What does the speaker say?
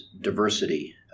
diversity